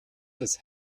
des